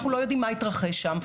אנחנו לא יודעים מה התרחש שם.